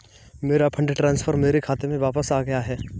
मेरा fund transfer मेरे खाते में वापस आ गया है